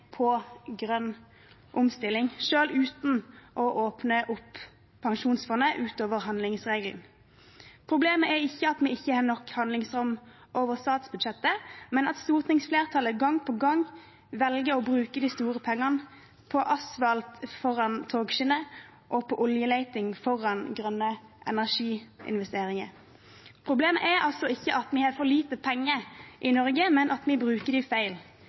på grønn omstilling selv uten å åpne opp pensjonsfondet utover handlingsregelen. Problemet er ikke at vi ikke har nok handlingsrom over statsbudsjettet, men at stortingsflertallet gang på gang velger å bruke de store pengene på asfalt foran togskinner og på oljeleting foran grønne energiinvesteringer. Problemet er altså ikke at vi har for lite penger i Norge, men at vi bruker dem feil.